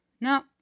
No